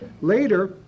Later